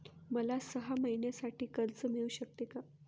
मला सहा महिन्यांसाठी कर्ज मिळू शकते का?